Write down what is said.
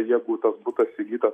jeigu tas butas įgytas